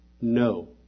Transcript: no